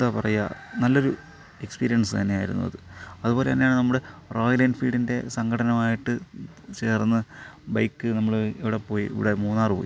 എന്താ പറയുക നല്ലൊരു എക്സ്പിരിയൻസ് തന്നെയായിരുന്നു അത് അതുപോലെ തന്നെ നമ്മള് റോയൽ എൻഫീൽഡിൻ്റെ സംഘടനയുമായിട്ട് ചേർന്ന് ബൈക്ക് നമ്മുടെ എവിടെ പോയി ഇവിടെ മൂന്നാറ് പോയി